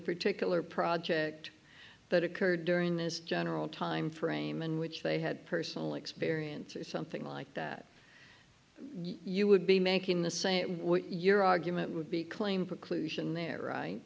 particular project that occurred during this general time frame in which they had personal experience or something like that you would be making the same would your argument would be claim preclusion they're right